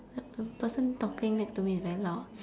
the person talking next to me is very loud